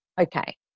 Okay